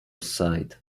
side